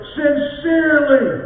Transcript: sincerely